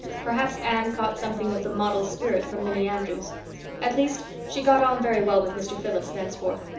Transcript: perhaps anne caught something of the model spirit from minnie andrews at least she got on very well with mr. phillips thenceforth.